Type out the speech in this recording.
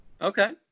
Okay